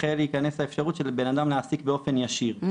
החל להיכנס את האפשרות של הבנאדם להעסיק באופן ישיר,